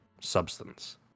substance